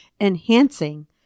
enhancing